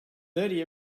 thirty